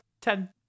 ten